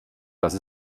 dass